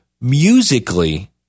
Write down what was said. musically